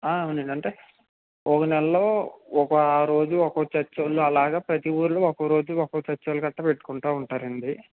ఆ అవునండి అంటే ఒక నెలలో ఒక రోజు ఒక్కో చెర్చొళ్ళు అలాగ ప్రతి ఊర్లో ఒక్కో రోజు ఒక్కో చెర్చొళ్ళు కట్టా పెట్టుకుంటూ ఉంటారండీ